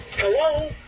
hello